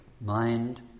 mind